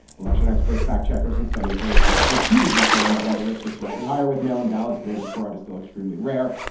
election experts, fact checkers and studies have repeatedly shown that while the risk is slightly higher with mail in ballots, voter fraud is still extremely rare.